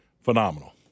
Phenomenal